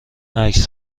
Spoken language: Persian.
عکس